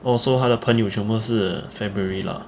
oh so 他的朋友全部都是 february lah